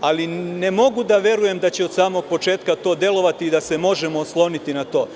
ali ne mogu da verujem da će od samog početka to delovati da se možemo osloniti na to.